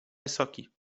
wysoki